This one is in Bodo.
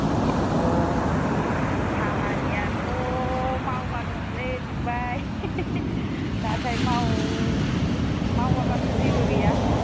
अह' खामानियाथ' मावब्ला दङलै फंबाय नाथाय माव मावाब्लासो जेबो गैया